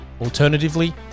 Alternatively